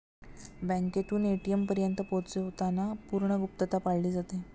बँकेतून ए.टी.एम पर्यंत पैसे पोहोचवताना पूर्ण गुप्तता पाळली जाते